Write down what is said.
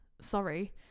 Sorry